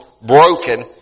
broken